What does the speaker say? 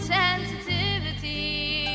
sensitivity